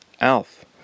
Alf